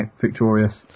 victorious